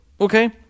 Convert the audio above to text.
Okay